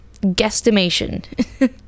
guesstimation